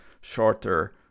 shorter